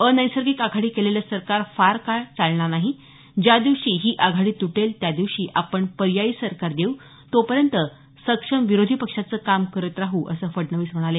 अनैसर्गिक आघाडी केलेलं सरकार फार काळ चालणार नाही ज्या दिवशी ही आघाडी तुटेल त्या दिवशी आपण पर्यायी सरकार देऊ तो पर्यंत सक्षम विरोधी पक्षाचं काम करत राहू असं फडणवीस म्हणाले